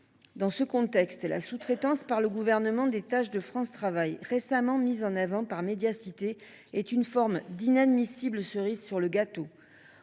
Dans ce contexte, la sous traitance par le Gouvernement des tâches de France Travail, récemment mise en avant par, est une forme d’inadmissible cerise sur le gâteau